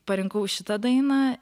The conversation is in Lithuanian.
parinkau šitą dainą